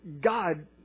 God